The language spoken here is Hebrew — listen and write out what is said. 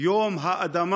30 במרץ, יום האדמה)